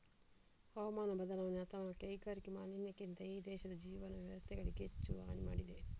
ಹವಾಮಾನ ಬದಲಾವಣೆ ಅಥವಾ ಕೈಗಾರಿಕಾ ಮಾಲಿನ್ಯಕ್ಕಿಂತ ಈ ದೇಶದ ಜೀವನ ವ್ಯವಸ್ಥೆಗಳಿಗೆ ಹೆಚ್ಚು ಹಾನಿ ಮಾಡಿದೆ